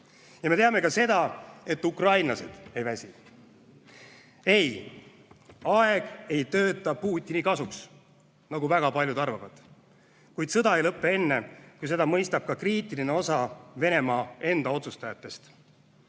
Ja me teame ka seda, et ukrainlased ei väsi. Ei, aeg ei tööta Putini kasuks, nagu väga paljud arvavad, kuid sõda ei lõpe enne, kui seda mõistab ka kriitiline osa Venemaa enda otsustajatest.